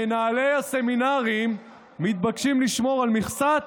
מנהלי הסמינרים מתבקשים לשמור על 'מכסת'"